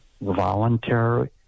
voluntary